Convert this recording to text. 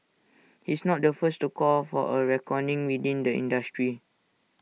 he's not the first to call for A reckoning within the industry